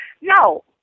No